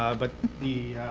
ah but the